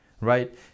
right